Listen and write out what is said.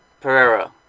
Pereira